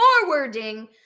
forwarding